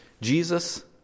Jesus